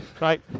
Right